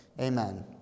Amen